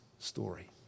story